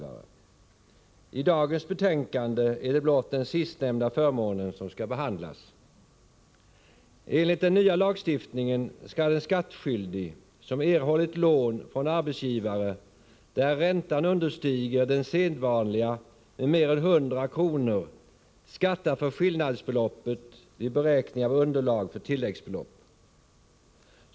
I dagens betänkande är det blott den sistnämnda förmånen som skall behandlas. Enligt den nya lagstiftningen skall en skattskyldig, som erhållit lån från arbetsgivare där räntan understiger den sedvanliga med mer än 100 kr., skatta för skillnadsbeloppet vid beräkning av underlag för tilläggsbelopp.